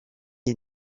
est